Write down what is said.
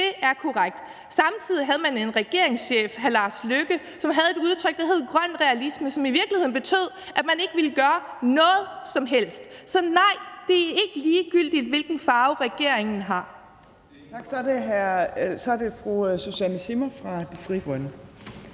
Det er korrekt. Samtidig havde man en regeringschef, hr. Lars Løkke Rasmussen, som havde et udtryk, der hed grøn realisme, som i virkeligheden betød, at man ikke ville gøre noget som helst. Så nej, det er ikke ligegyldigt, hvilken farve regeringen har.